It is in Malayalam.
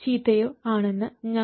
11 ohm 100